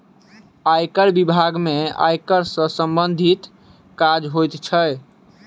आयकर बिभाग में आयकर सॅ सम्बंधित काज होइत छै